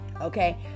okay